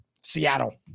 Seattle